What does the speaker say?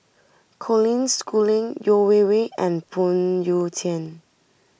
Colin Schooling Yeo Wei Wei and Phoon Yew Tien